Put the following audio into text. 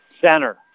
center